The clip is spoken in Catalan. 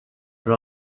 per